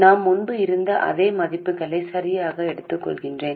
நான் முன்பு இருந்த அதே மதிப்புகளை சரியாக எடுத்துக்கொள்கிறேன்